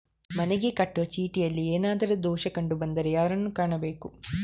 ಮನೆಗೆ ಕಟ್ಟುವ ಚೀಟಿಯಲ್ಲಿ ಏನಾದ್ರು ದೋಷ ಕಂಡು ಬಂದರೆ ಯಾರನ್ನು ಕಾಣಬೇಕು?